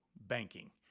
banking